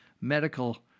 medical